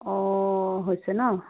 অ' হৈছে ন